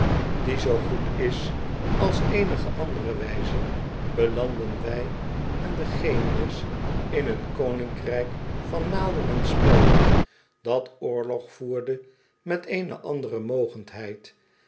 die zoo goed is als ecnige andere wijze belandden wij en de genius in een koninkrijk van naalden en spelden dat oorlog voerde met eene andere